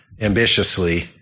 ambitiously